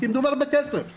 כי מדובר בכסף.